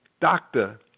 doctor